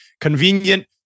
convenient